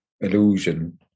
illusion